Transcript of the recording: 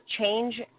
change